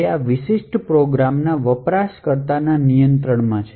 તે આ વિશિષ્ટ પ્રોગ્રામના વપરાશકર્તાના નિયંત્રણમાં છે